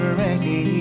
ready